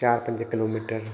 चार पंज किलोमीटर